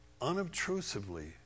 unobtrusively